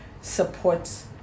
supports